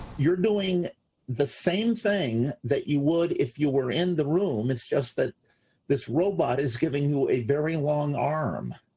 you are doing the same thing that you would if you were in the room, it's just that this robot is giving you a very long arm.